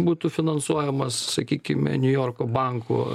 būtų finansuojamas sakykime niujorko bankų